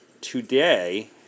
today